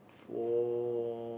for